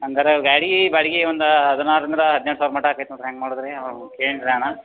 ಹಂಗಾರೆ ಗಾಡಿ ಬಾಡ್ಗೆ ಒಂದು ಹದಿನಾರರಿಂದ ಹದಿನೇಳು ಸಾವಿರ ಮಟ ಆಗೈತೆ ನೋಡ್ರಿ ಹೆಂಗ್ ಮಾಡೋದು ರೀ ಅವ್ರು ಕೆಂಡ್ರ ಅಣ್ಣ